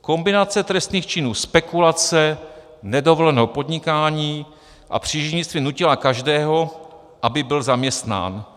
Kombinace trestných činů spekulace, nedovoleného podnikání a příživnictví nutila každého, aby byl zaměstnán.